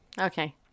Okay